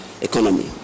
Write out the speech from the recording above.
economy